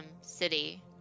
City